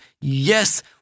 yes